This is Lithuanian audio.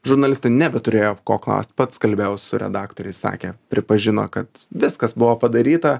žurnalistai nebeturėjo ko klaust pats kalbėjau su redaktoriais sakė pripažino kad viskas buvo padaryta